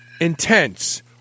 intense